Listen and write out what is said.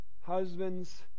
husbands